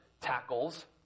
tackles